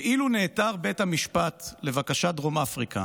"אילו נעתר בית המשפט לבקשת דרום אפריקה